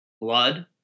blood